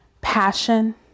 passion